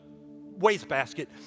wastebasket